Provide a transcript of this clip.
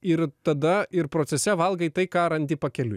ir tada ir procese valgai tai ką randi pakeliui